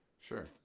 Sure